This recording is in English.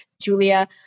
Julia